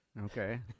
Okay